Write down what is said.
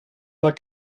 pas